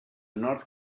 north